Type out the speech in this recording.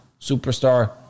superstar